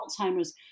Alzheimer's